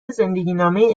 زندگینامه